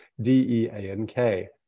D-E-A-N-K